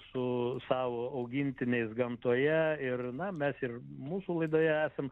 su savo augintiniais gamtoje ir na mes ir mūsų laidoje esam